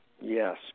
Yes